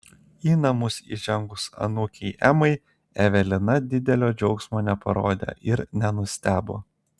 į namus įžengus anūkei emai evelina didelio džiaugsmo neparodė ir nenustebo